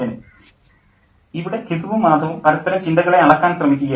professor ഇവിടെ ഘിസുവും മാധവും പരസ്പരം ചിന്തകളെ അളക്കാൻ ശ്രമിക്കുകയായിരുന്നു